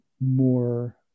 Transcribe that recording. more